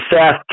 Seth